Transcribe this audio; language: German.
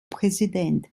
präsident